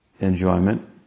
enjoyment